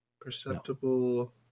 Perceptible